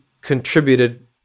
contributed